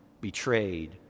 betrayed